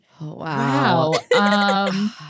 Wow